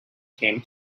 came